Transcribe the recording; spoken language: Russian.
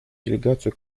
делегацию